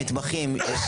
המתמחים.